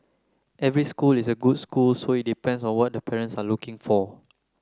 every school is a good school so it depends on what the parents are looking for